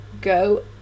go